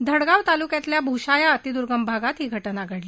धडगाव तालुक्यातील भुषा या अतिदुर्भग भागात ही घटना घडली